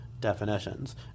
definitions